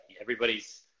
everybody's